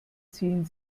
ziehen